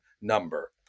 number